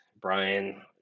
Brian